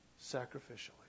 sacrificially